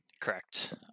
correct